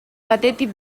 batetik